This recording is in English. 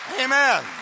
Amen